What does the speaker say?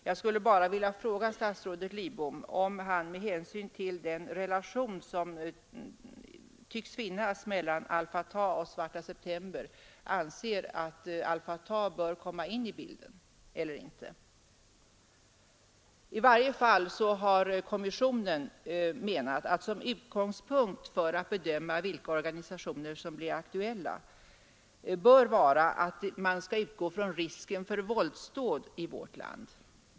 Jag skulle bara vilja fråga statsrådet Lidbom om han, med hänsyn till den relation som tycks finnas mellan al Fatah och Svarta september, anser att al Fatah bör komma in i bilden eller inte. I varje fall har kommissionen menat att man vid bedömningen av vilka organisationer som blir aktuella bör utgå från risken för politiska våldsdåd i vårt land.